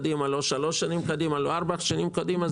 לשלוש שנים או ארבע שנים קדימה.